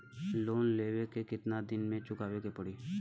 Loan लेवे के कितना दिन मे चुकावे के पड़ेला?